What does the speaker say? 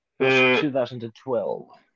2012